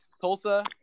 Tulsa